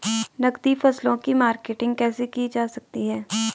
नकदी फसलों की मार्केटिंग कैसे की जा सकती है?